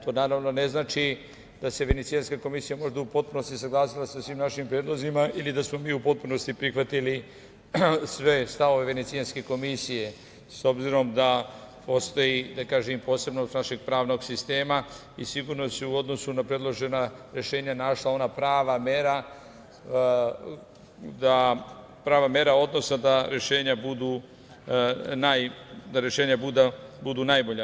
To naravno ne znači da se Venecijanska komisija možda u potpunosti saglasila sa svim našim predlozima ili da smo mi u potpunosti prihvatili sve stavove Venecijanske komisije, s obzirom na to da postoji i posebnost našeg pravnog sistema i sigurno se u odnosu na predložena rešenja našla ona prava mera odnosa da rešenja budu najbolja.